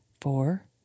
four